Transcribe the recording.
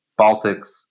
Baltics